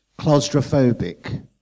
claustrophobic